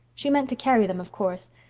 she meant to carry them, of course,